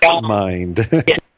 mind